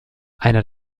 einer